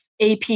AP